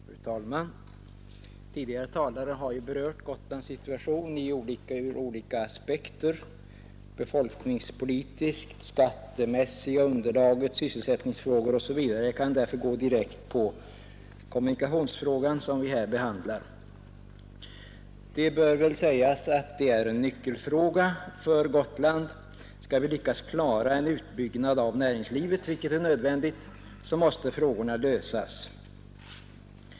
Fru talman! Tidigare talare har ju berört Gotlands situation ur olika aspekter — befolkningspolitisk, det skattemässiga underlaget, sysselsättningsfrågor osv. Jag kan därför gå direkt på kommunikationsfrågan som vi här behandlar. Det bör väl sägas att det gäller en nyckelfråga för Gotland. Skall vi lyckas klara en utbyggnad av näringslivet, vilket är nödvändigt, så måste frågan lösas.